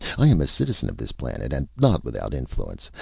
i am a citizen of this planet and not without influence.